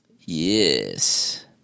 yes